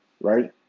Right